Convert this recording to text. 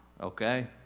okay